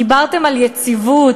דיברתם על יציבות.